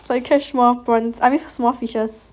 so you catch small prawn I mean small fishes